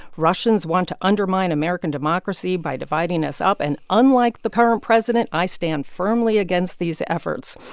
russians want to undermine american democracy by dividing us up. and unlike the current president, i stand firmly against these efforts.